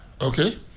okay